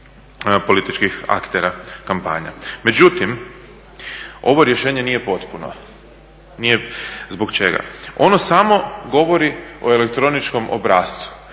političkih aktera kampanja. Međutim, ovo rješenje nije potpuno. Zbog čega? Ono samo govori o elektroničkom obrascu.